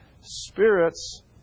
Spirits